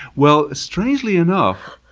well, strangely enough,